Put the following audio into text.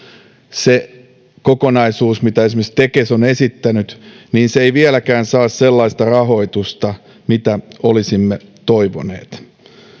se kokonaisuus mitä esimerkiksi tekes on esittänyt eivät vieläkään saa sellaista rahoitusta mitä olisimme toivoneet